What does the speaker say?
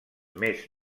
més